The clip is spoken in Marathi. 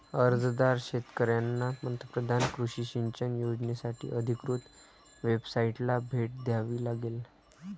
अर्जदार शेतकऱ्यांना पंतप्रधान कृषी सिंचन योजनासाठी अधिकृत वेबसाइटला भेट द्यावी लागेल